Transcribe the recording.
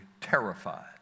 terrified